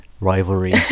rivalry